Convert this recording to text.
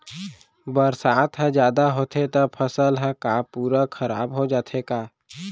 बरसात ह जादा होथे त फसल ह का पूरा खराब हो जाथे का?